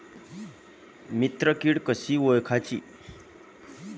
मित्र किडी कशी ओळखाची?